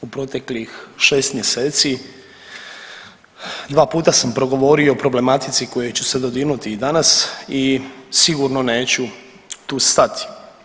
U proteklih šest mjeseci dva puta sam progovorio o problematici koje ću se dodirnuti i danas i sigurno neću tu stati.